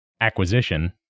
acquisition